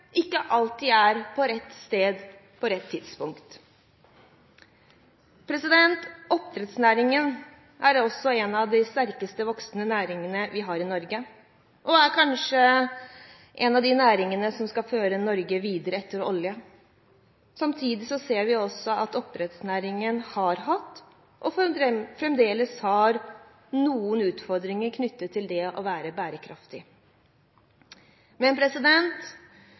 ikke alltid er på «rett sted på rett tidspunkt». Oppdrettsnæringen er også en av de sterkest voksende næringene vi har i Norge, og er kanskje en av de næringene som skal føre Norge videre etter oljen. Samtidig ser vi at oppdrettsnæringen har hatt og fremdeles har noen utfordringer knyttet til det å være bærekraftig. Men